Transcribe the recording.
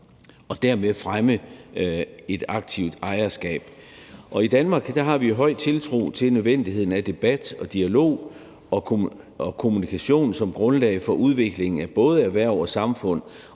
og dermed fremme et aktivt ejerskab. I Danmark har vi høj tiltro til nødvendigheden af debat og dialog og kommunikation som grundlag for udviklingen af både erhverv og samfund,